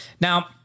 Now